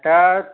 ସେଟା